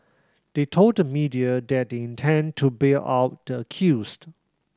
they told the media that they intend to bail out the accused